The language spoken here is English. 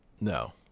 no